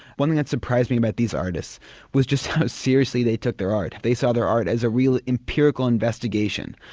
one thing that surprised me about these artists was just how seriously they took their art. they saw their art as a real empirical investigation.